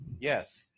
Yes